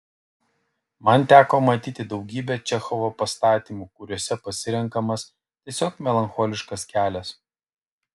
man teko matyti daugybę čechovo pastatymų kuriuose pasirenkamas tiesiog melancholiškas kelias